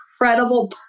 incredible